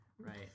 right